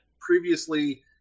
previously